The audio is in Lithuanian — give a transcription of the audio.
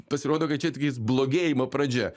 pasirodo kad čia tiktais blogėjimo pradžia